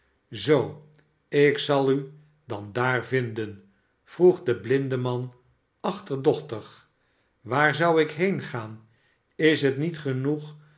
zoo en zal ik u dan daar vinden vroeg de blindeman achterdochtig waar zou ik heengaan is het niet genoeg